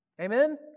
Amen